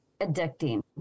addicting